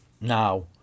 now